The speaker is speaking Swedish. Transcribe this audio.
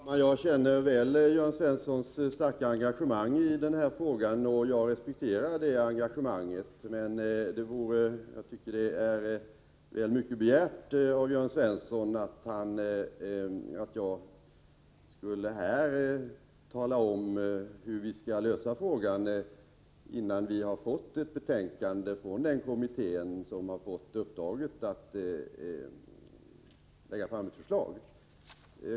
Fru talman! Jag känner väl Jörn Svenssons starka engagemang i denna fråga, och jag respekterar det engagemanget. Jag tycker dock det är väl mycket begärt av Jörn Svensson att jag skulle här tala om hur vi skall lösa frågan, innan vi fått ett betänkande från den kommitté som fått uppdraget att lägga fram ett förslag.